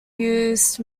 used